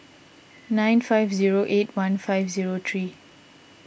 nine five zero eight one five zero three